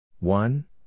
One